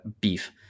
beef